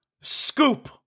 Scoop